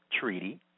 treaty